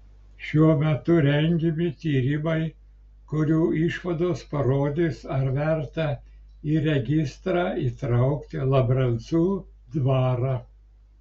šiuo metu rengiami tyrimai kurių išvados parodys ar verta į registrą įtraukti labrencų dvarą